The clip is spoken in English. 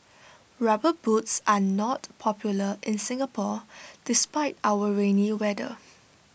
rubber boots are not popular in Singapore despite our rainy weather